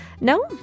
No